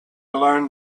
learned